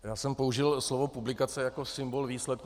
Já jsem použil slovo publikace jako symbol výsledku.